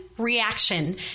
reaction